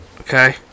Okay